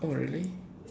oh really